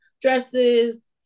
dresses